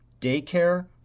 daycare